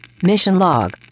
MISSIONLOG